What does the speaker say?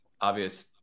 obvious –